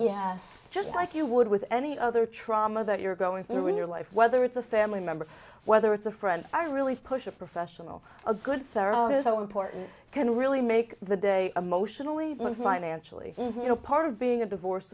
yes just like you would with any other try that you're going through in your life whether it's a family member whether it's a friend i really push a professional a good therapist how important can really make the day emotionally and financially you know part of being a divorce